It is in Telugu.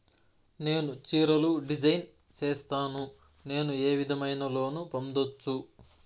నేను చీరలు డిజైన్ సేస్తాను, నేను ఏ విధమైన లోను పొందొచ్చు